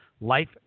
Life